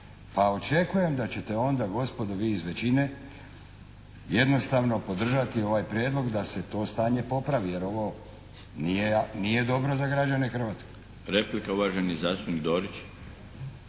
pa očekujem da ćete onda gospodo vi iz većine jednostavno podržati ovaj prijedlog da se to stanje popravi jer ovo nije dobro za građane Hrvatske. **Milinović,